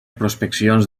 prospeccions